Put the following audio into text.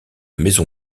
maison